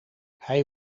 hij